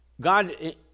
God